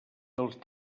dels